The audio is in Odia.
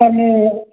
ସାର୍ ମୁଁ